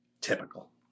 Typical